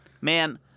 Man